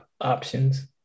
options